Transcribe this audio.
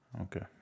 Okay